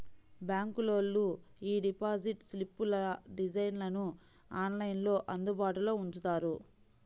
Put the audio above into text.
బ్యాంకులోళ్ళు యీ డిపాజిట్ స్లిప్పుల డిజైన్లను ఆన్లైన్లో అందుబాటులో ఉంచుతారు